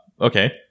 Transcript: okay